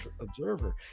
observer